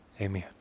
amen